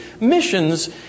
missions